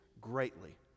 greatly